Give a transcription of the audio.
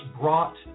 brought